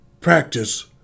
practice